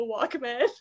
Walkman